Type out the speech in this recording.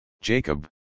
Jacob